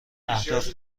اهداف